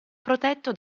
protetto